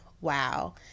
wow